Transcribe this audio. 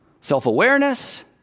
Self-awareness